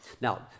Now